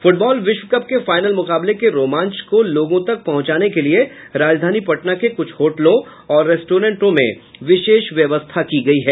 football विश्व cup के final मुकाबले के रोमांच को लोगों तक पहुंचाने के लिये राजधानी पटना के कुछ होटलों और रेस्ट्रेंटों में विशेष व्यवस्था की गयी है